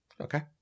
Okay